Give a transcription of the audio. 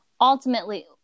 ultimately